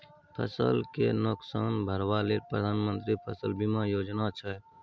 फसल केँ नोकसान भरबा लेल प्रधानमंत्री फसल बीमा योजना छै